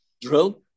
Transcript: drill